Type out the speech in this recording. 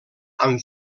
amb